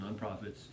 nonprofits